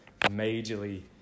majorly